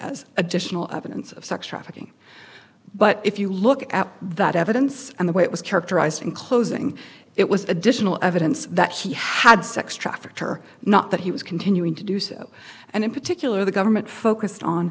as additional evidence of sex trafficking but if you look at that evidence and the way it was characterized in closing it was additional evidence that she had sex trafficked or not that he was continuing to do so and in particular the government focused on